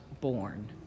born